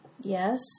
Yes